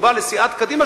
כשהוא בא לסיעת קדימה,